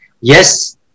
Yes